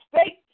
state